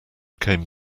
came